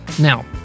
Now